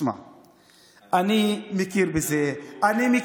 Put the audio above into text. אני רוצה להגיד לך משהו.